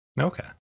Okay